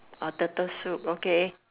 orh turtle soup okay